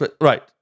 right